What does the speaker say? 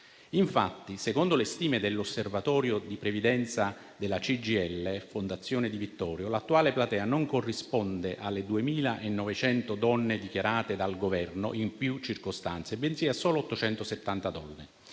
ben altri. Secondo le stime dell'osservatorio di previdenza della CGIL-Fondazione Di Vittorio, l'attuale platea non corrisponde alle 2.900 donne dichiarate dal Governo in più circostanze, bensì a solo 870 donne.